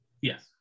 Yes